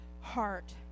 heart